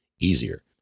easier